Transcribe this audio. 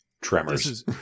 tremors